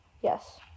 Yes